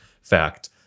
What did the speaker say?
fact